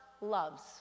loves